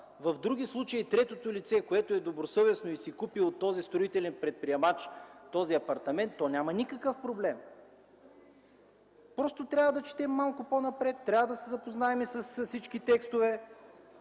В други случаи третото лице, което е добросъвестно и си купи от този строителен предприемач апартамент, то няма никакъв проблем. Просто трябва да четем малко по-напред, да се запознаем с всички текстове.